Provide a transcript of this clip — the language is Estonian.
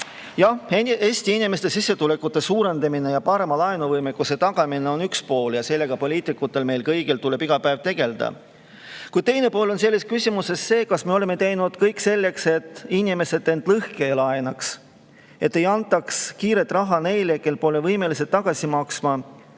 Jah, Eesti inimeste sissetulekute suurendamine ja parema laenuvõimekuse tagamine on üks pool ja sellega tuleb poliitikutel, meil kõigil, iga päev tegeleda. Kuid teine pool sellest küsimusest on see, kas me oleme teinud kõik selleks, et inimesed end lõhki ei laenaks, et ei antaks kiiret raha neile, kes pole võimelised seda tagasi maksma,